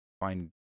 find